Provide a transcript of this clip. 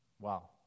Wow